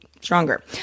stronger